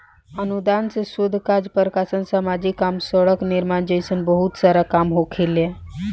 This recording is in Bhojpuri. अनुदान से शोध काज प्रकाशन सामाजिक काम सड़क निर्माण जइसन बहुत सारा काम होखेला